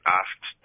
asked